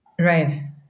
Right